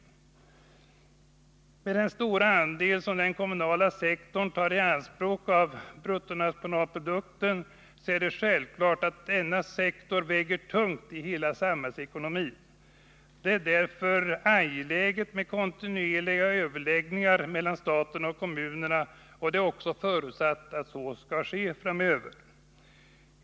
Med tanke på den stora andel av bruttonationalprodukten som den kommunala sektorn tar i anspråk är det självklart att denna sektor väger tungt i hela samhällsekonomin. Därför är det också angeläget med kontinuerliga överläggningar mellan staten och kommunerna. Det är också förutsatt att sådana skall äga rum framöver.